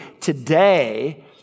today